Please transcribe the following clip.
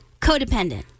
codependent